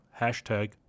hashtag